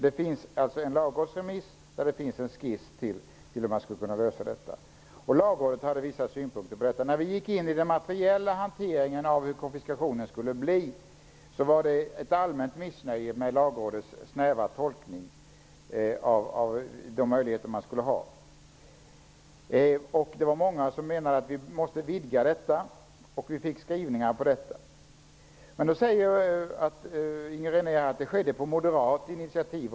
Det finns alltså en lagrådsremiss som innehåller en skiss till hur man skulle kunna hitta en lösning. Lagrådet hade också vissa synpunkter på detta. När vi gick in i den materiella hanteringen av hur man skulle lösa detta med konfiskationen var det ett allmänt missnöje med Lagrådets snäva tolkning av de möjligheter som stod till buds. Det var många som ville ha en utvidgning. Men då säger Inger René att detta skedde på moderat initiativ.